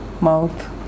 mouth